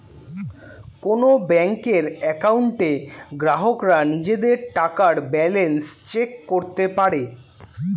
কোন ব্যাংকের অ্যাকাউন্টে গ্রাহকরা নিজেদের টাকার ব্যালান্স চেক করতে পারে